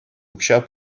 укҫа